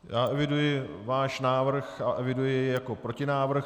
Já eviduji váš návrh a eviduji jej jako protinávrh.